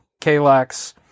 Kalax